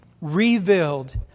revealed